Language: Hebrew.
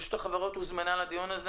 רשות החברות הוזמנה לדיון הזה